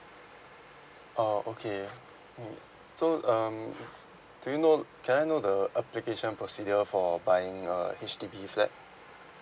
oh okay yes so um do you know can I know the application procedure for buying a H_D_B flat